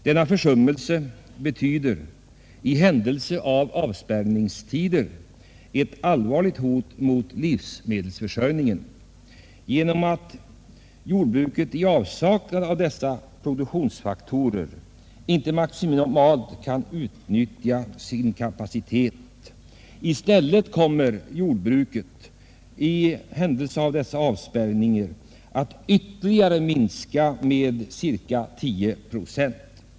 Denna försummelse betyder i händelse av avspärrningstider ett allvarligt hot mot livsmedelsförsörjningen genom att jordbruket i avsaknad av dessa produktionsfaktorer inte maximalt kan utnyttja sin kapacitet. I stället kommer jordbruket i händelse av avspärrningar att ytterligare minska med cirka 10 procent.